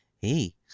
Hey